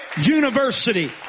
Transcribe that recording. University